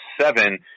seven